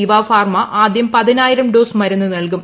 ഇവാ pharma ആദ്യം പതിനായിരം dose മരൂന്ന് നൽകും